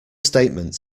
statement